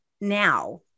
now